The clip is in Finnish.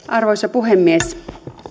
arvoisa puhemies